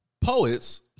poets